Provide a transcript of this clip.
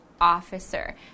officer